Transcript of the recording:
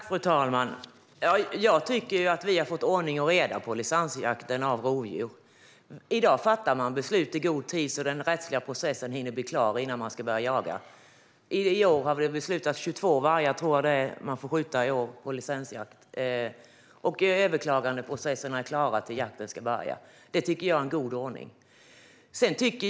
Fru talman! Jag tycker att vi har fått ordning och reda på licensjakten av rovdjur. I dag fattas beslut i god tid så att den rättsliga processen blir klar innan det är dags att börja jaga. Jag tror att det i år har beslutats om att 22 vargar får skjutas inom licensjakten. Överklagandeprocesserna är klara innan jakten börjar. Det här tycker jag är en god ordning.